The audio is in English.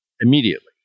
immediately